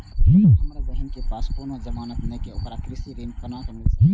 हमर बहिन के पास कोनो जमानत नेखे ते ओकरा कृषि ऋण कोना मिल सकेत छला?